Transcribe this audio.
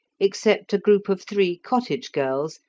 except a group of three cottage girls,